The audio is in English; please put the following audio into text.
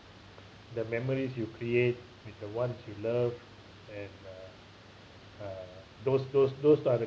the memories you create with the ones you love and uh uh those those those are the